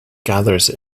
gathers